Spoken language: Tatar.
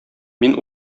мин